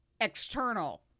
external